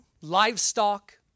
livestock